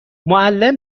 معلم